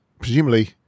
presumably